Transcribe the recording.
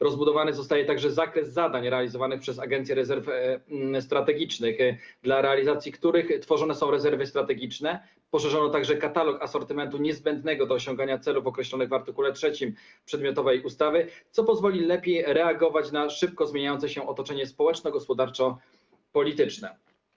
Rozbudowany zostaje także zakres zadań realizowanych przez Rządową Agencję Rezerw Strategicznych, dla których realizacji tworzone są rezerwy strategiczne, poszerzono również katalog asortymentu niezbędnego do osiągania celów określonych w art. 3 przedmiotowej ustawy, co pozwoli lepiej reagować na szybko zmieniające się otoczenie społeczno-gospodarcze-polityczne.